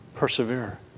Persevere